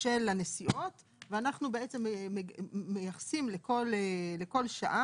של הנסיעות ואנחנו בעצם מייחסים לכל שעה,